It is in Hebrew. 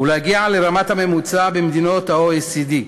ולהגיע לרמת הממוצע במדינות ה-OECD,